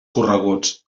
correguts